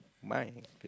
my